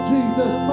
Jesus